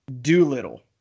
Doolittle